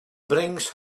brings